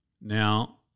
Now